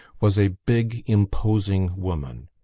was a big imposing woman.